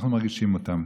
אנחנו מרגישים זאת.